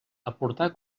aportar